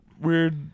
weird